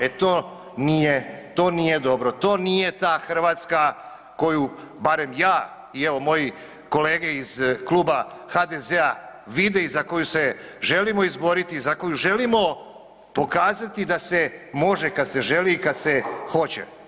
E to nije dobro, to nije ta Hrvatska koju barem ja i evo moji kolege iz kluba HDZ-a vide i za koju se želimo izboriti i za koju želimo pokazati da se može kad se želi i kad se hoće.